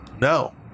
No